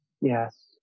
Yes